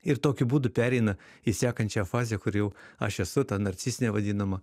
ir tokiu būdu pereina į sekančią fazę kur jau aš esu ta narcistinė vadinama